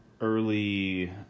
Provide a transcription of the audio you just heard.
early